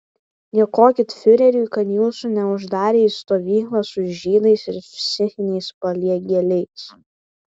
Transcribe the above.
dėkokit fiureriui kad jūsų neuždarė į stovyklą su žydais ir psichiniais paliegėliais